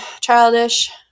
childish